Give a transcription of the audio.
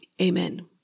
Amen